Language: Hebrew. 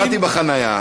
היום באתי לחניה,